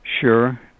sure